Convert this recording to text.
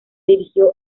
dirigió